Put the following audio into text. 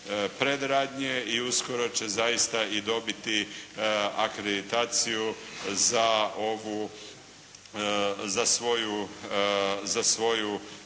predradnje i uskoro će zaista i dobiti akreditaciju za ovu